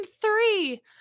three